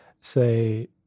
say